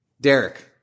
Derek